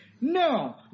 No